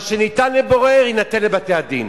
מה שניתן לבורר יינתן לבתי-הדין.